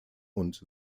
und